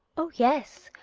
oh yes!